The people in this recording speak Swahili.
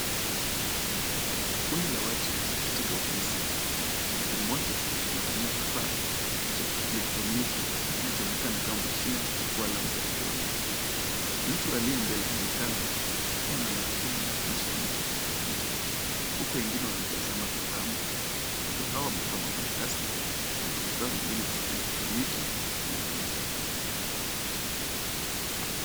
Kundi la watu katika ofisi, mtu mmoja anatumia kifaa cha kielektroniki kinachoonekana kama mashine ya kuchukua alama za vidole. Mtu aliye mbele anaonekana kuwania makini na anashughulikia kifaa hicho huku wengine wanatazama kwa hamu. Watu hawa wamevaa mavazi rasmi na kuna vifaa vingine vya kielektroniki kwenye meza.